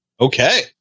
Okay